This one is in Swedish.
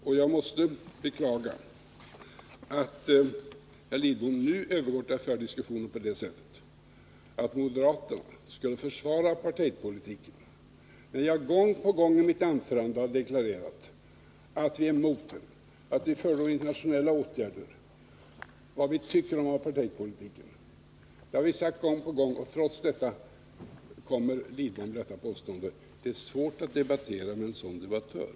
Och jag måste beklaga att herr Lidbom nu övergår till att föra diskussionen på det sättet, att han hävdar att moderaterna skulle försvara apartheidpolitiken, när jag gång på gång i mitt anförande deklarerat att vi är emot den, att vi förordar internationella åtgärder. Vad vi tycker om apartheidpolitiken har vi sagt gång på gång, och trots detta kommer herr Lidbom med det här påståendet. Det är svårt att debattera med en sådan debattör.